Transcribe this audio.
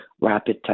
rapid